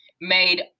made